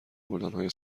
گلدانهای